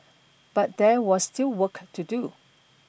but there was still work to do